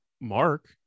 Mark